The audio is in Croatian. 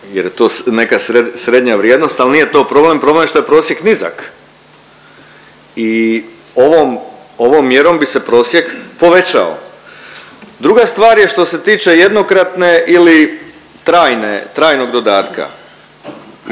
jer je to neka srednja vrijednost. Ali nije to problem, problem je što je prosjek nizak i ovom mjerom bi se prosjek povećao. Druga stvar je što se tiče jednokratne ili trajne, trajnog dodatka